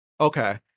Okay